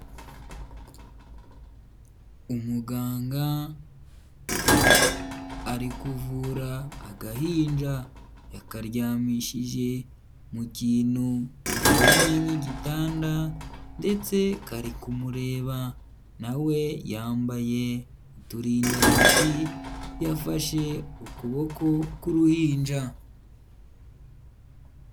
Umuganga ari kuvura agahinja yakaryamishije mu kintu giforomye nk'igitanda ndetse kari kumureba, nawe yambaye uturindantoki yafashe ukuboko k'uruhinja.